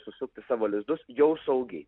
susukti savo lizdus jau saugiai